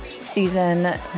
season